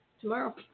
tomorrow